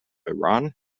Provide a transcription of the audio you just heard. iran